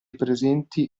presenti